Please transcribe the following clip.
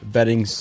Betting